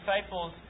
disciples